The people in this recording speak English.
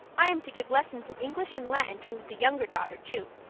i am to give lessons in english and latin to the younger daughter, too,